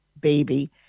baby